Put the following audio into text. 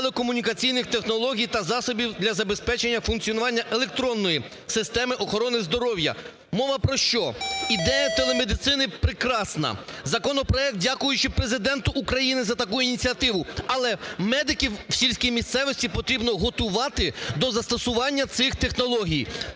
телекомунікаційних технологій та засобів для забезпечення функціонування електронної системи охорони здоров'я. Мова про що? Ідея телемедицини прекрасна, законопроект, дякуючи Президенту України за таку ініціативу, але медиків в сільській місцевості потрібно готувати до застосування цих технологій.